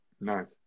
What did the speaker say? Nice